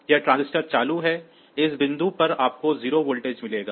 यह ट्रांजिस्टर चालू है इस बिंदु पर आपको 0 वोल्टेज मिलेगा